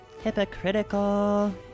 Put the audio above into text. Hypocritical